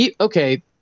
okay